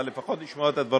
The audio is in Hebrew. אבל לפחות לשמוע את הדברים,